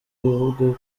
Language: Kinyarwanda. ahubwo